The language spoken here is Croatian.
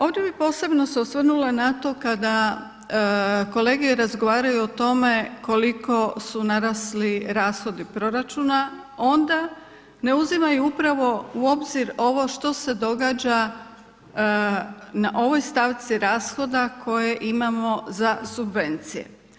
Ovdje bi se posebno osvrnula na to kada kolege razgovaraju o tome koliko su narasli rashodi proračuna onda ne uzimaju upravo u obzir ovo što se događa na ovoj stavci rashoda koje imamo za subvencije.